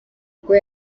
ubwo